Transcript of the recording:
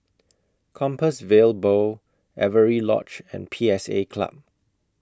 Compassvale Bow Avery Lodge and P S A Club